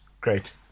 great